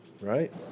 right